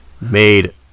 made